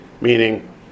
Meaning